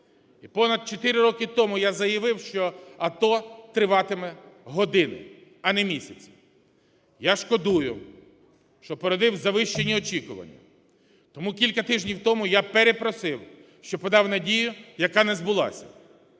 І понад чотири роки тому я заявив, що АТО триватиме години, а не місяці. Я шкодую, що породив завищені очікування, тому кілька тижнів тому я перепросив, що подав надію, яка не збулася.